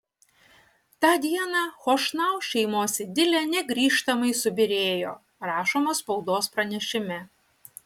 tą dieną chošnau šeimos idilė negrįžtamai subyrėjo rašoma spaudos pranešime